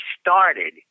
started